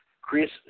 Chris